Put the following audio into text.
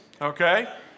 Okay